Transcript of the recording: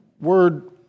word